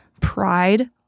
pride